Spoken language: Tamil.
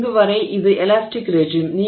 இங்குவரை இது இலாஸ்டிக் ரெஜிம்